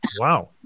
Wow